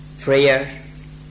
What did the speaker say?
prayer